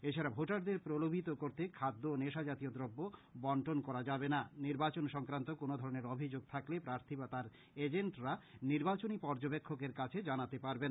এছাড়া ভোটারদের প্রলোভিত করতে খাদ্য ও নেশাজাতীয় দ্রব্য বন্টন করা যাবেনা নির্বাচন সংক্রান্ত কোনোধরণের অভিযোগ থাকলে প্রার্থী বা তার এজেন্টরা নির্বাচনী পর্যবেক্ষকের কাছে জানাতে পারবেন